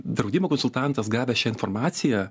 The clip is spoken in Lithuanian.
draudimo konsultantas gavęs šią informaciją